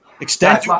Extend